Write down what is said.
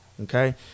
okay